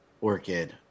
Orchid